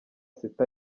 sita